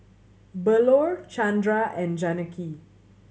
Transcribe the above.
Bellur Chandra and Janaki